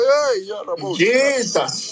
Jesus